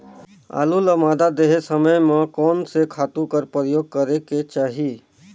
आलू ल मादा देहे समय म कोन से खातु कर प्रयोग करेके चाही?